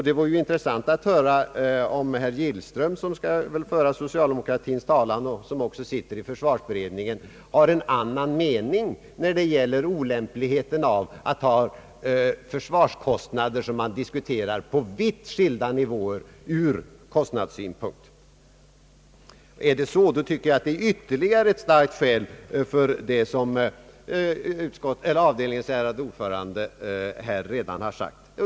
Det vore intressant att höra om herr Gillström, som skall föra socialdemokratins talan och som också sitter i försvarsberedningen, har en annan mening när det gäller olämpligheten av att planera beträffande försvarskostnaderna på vitt skilda nivåer. Om det är på det sättet tycker jag att det är ytterligare ett starkt skäl för det som avdelningens ärade ordförande här redan har sagt.